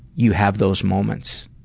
you have those moments?